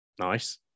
nice